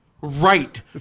Right